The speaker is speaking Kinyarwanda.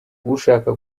ushaka